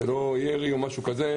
זה לא ירי או משהו כזה.